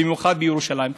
במיוחד בירושלים.